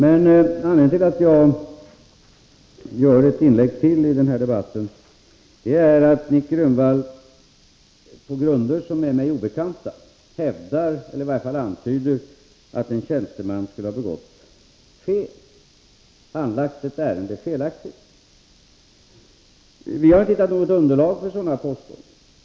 Anledningen till att jag gör ett inlägg till i denna debatt är att Nic Grönvall, på grunder som är mig obekanta, antyder att en tjänsteman skulle ha handlagt ett ärende felaktigt. Vi har inte hittat något underlag för sådana påståenden.